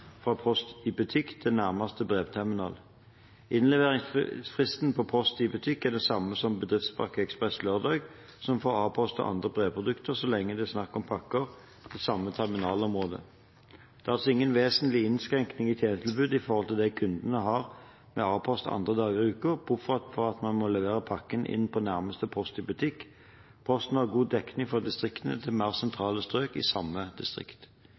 fra Post i Butikk til nærmeste brevterminal. Innleveringsfristen på Post i Butikk er den samme for Bedriftspakke Ekspress Lørdag, som for A-post og andre brevprodukter, så lenge det er snakk om pakker til samme terminalområde. Det er altså ingen vesentlig innskrenking i tjenestetilbudet i forhold til det kundene har med A-post andre dager i uken, bortsett fra at man må levere pakken inn på nærmeste Post i Butikk. Posten har god dekning i distriktene til mer sentrale strøk i samme distrikt.